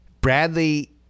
Bradley